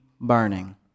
burning